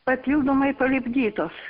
papildomai palipdytos